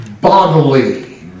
bodily